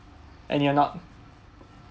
and you're not